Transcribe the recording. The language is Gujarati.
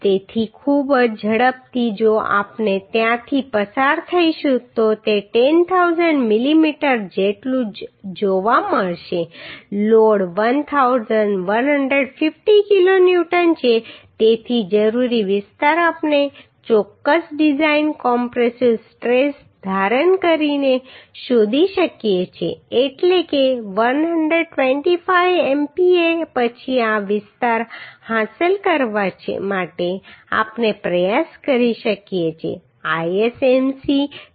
તેથી ખૂબ જ ઝડપથી જો આપણે ત્યાંથી પસાર થઈશું તો તે 10000 મિલીમીટર જેટલું જ જોવા મળશે લોડ 1150 કિલો ન્યૂટન છે તેથી જરૂરી વિસ્તાર આપણે ચોક્કસ ડિઝાઈન કમ્પ્રેસિવ સ્ટ્રેસ ધારણ કરીને શોધી શકીએ છીએ એટલે કે 125 MPa પછી આ વિસ્તાર હાંસલ કરવા માટે આપણે પ્રયાસ કરી શકીએ છીએ